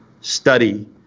study